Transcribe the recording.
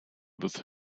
with